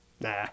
Nah